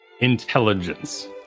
intelligence